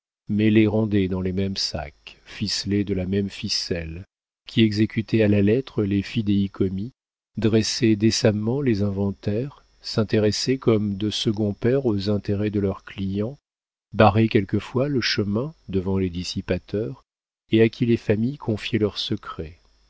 mais les rendaient dans les mêmes sacs ficelés de la même ficelle qui exécutaient à la lettre les fidéicommis dressaient décemment les inventaires s'intéressaient comme de seconds pères aux intérêts de leurs clients barraient quelquefois le chemin devant les dissipateurs et à qui les familles confiaient leurs secrets